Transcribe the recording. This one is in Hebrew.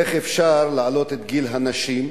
איך אפשר להעלות את גיל הפרישה של הנשים?